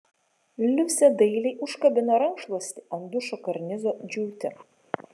liusė dailiai užkabino rankšluostį ant dušo karnizo džiūti